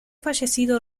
fallecido